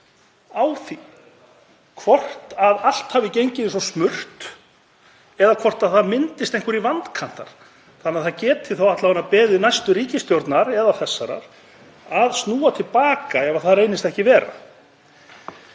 á því hvort allt hafi gengið eins og smurt eða hvort það myndist einhverjir vankantar þannig að það geti þá alla vega beðið næstu ríkisstjórnar eða þessarar að snúa til baka ef það reynist ekki vera.